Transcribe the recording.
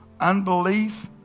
unbelief